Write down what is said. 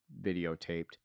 videotaped